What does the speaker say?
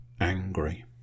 Angry